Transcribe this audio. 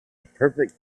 perfect